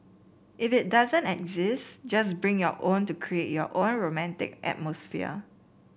if it doesn't exist just bring your own to create your own romantic atmosphere